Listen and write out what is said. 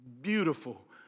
Beautiful